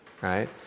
right